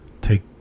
take